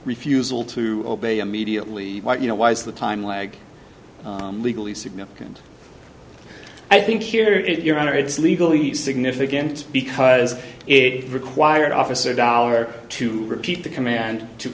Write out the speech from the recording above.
refusal to obey immediately you know why is the time lag legally significant i think here is your honor it's legally significant because it required officer dollar to repeat the command to